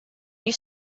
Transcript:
you